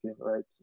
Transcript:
right